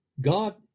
God